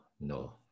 no